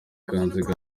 kanziga